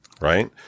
right